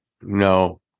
No